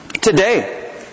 today